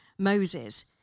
Moses